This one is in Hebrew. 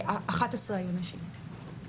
11 היו נשים,